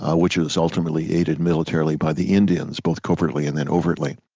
ah which was ultimately aided militarily by the indians, both covertly and then overtly.